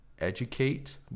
educate